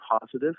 positive